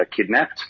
kidnapped